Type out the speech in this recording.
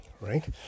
right